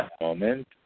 moment